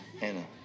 Anna